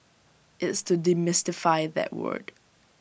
it's to demystify that word